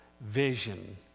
vision